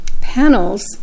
panels